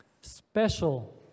special